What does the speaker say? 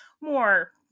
more